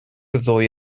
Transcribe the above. ddwy